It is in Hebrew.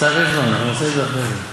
סתיו, יש זמן, נעשה את זה אחרי זה.